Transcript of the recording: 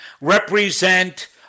represent